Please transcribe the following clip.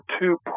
two